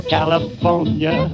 California